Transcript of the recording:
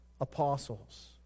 apostles